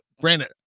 granted